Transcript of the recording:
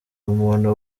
umuntu